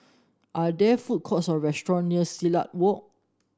are there food courts or restaurant near Silat Walk